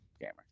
Gamer